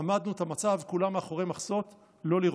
אמדנו את המצב, כולם מאחורי מחסות, לא לירות.